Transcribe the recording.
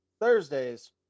Thursdays